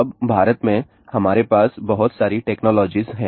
अब भारत में हमारे पास बहुत सारी टेक्नोलॉजीज हैं